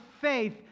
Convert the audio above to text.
faith